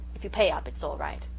if you pay up it's all right.